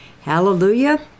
Hallelujah